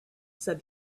said